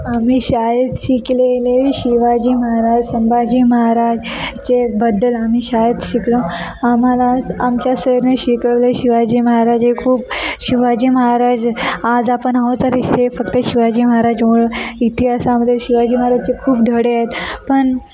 आम्ही शाळेत शिकलेले शिवाजी महाराज संभाजी महाराज चेबद्दल आम्ही शाळेत शिकलो आम्हाला आमच्या सरने शिकवलं शिवाजी महाराज हे खूप शिवाजी महाराज आज आपण आहो तर हे फक्त शिवाजी महाराजमुळं इतिहासामध्ये शिवाजी महाराजचे खूप धडे आहेत पण